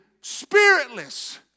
spiritless